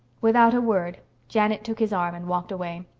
without a word janet took his arm and walked away.